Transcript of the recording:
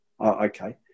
okay